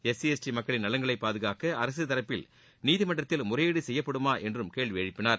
SC ST மக்களின் நலன்களை பாதுகாக்க அரசு தரப்பில் நீதிமன்றத்தில் முறையீடு செய்யப்படுமா என்றும் கேள்வி எழுப்பினார்